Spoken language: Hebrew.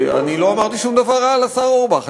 אני לא אמרתי שום דבר רע על השר אורבך.